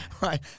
Right